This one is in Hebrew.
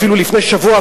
אפילו לפני שבוע,